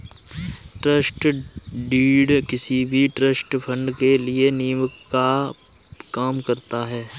trust deed किसी भी trust fund के लिए नीव का काम करता है